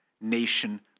nation